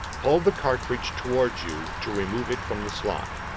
pull the cartridge towards you to remove it from the slot.